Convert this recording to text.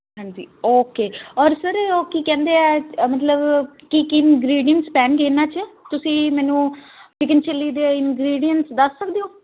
ਹਾਂਜੀ ਓਕੇ ਔਰ ਸਰ ਉਹ ਕੀ ਕਹਿੰਦੇ ਹੈ ਅ ਮਤਲਬ ਕੀ ਕੀ ਇੰਗ੍ਰੀਡਿਐਂਟਸ ਪੈਣਗੇ ਇਨ੍ਹਾਂ 'ਚ ਤੁਸੀਂ ਮੈਨੂੰ ਚਿਕਨ ਚਿੱਲੀ ਦੇ ਇੰਗ੍ਰੀਡਿਐਂਟਸ ਦੱਸ ਸਕਦੇ ਹੋ